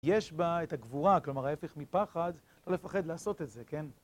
יש בה את הגבורה, כלומר, ההפך מפחד, לא לפחד לעשות את זה, כן?